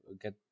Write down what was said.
get